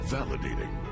Validating